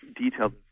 detailed